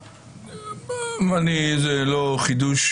זה לא חידוש,